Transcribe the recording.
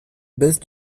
baisse